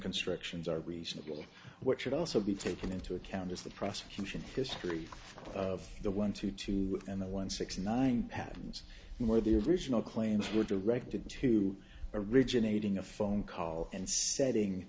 constructions are reasonable what should also be taken into account is the prosecution history of the one two two and the one six nine patents where the original claims were directed to originating a phone call and setting